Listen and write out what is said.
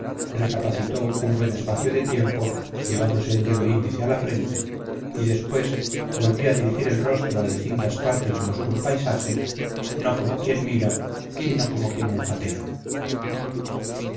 recapacitó un buen espacio de tiempo llevándose el dedo índice a la frente y después volvió a dirigir el rostro a distintas partes del oscuro paisaje no como quien mira sino como quien olfatea